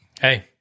Hey